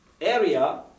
area